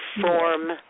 Form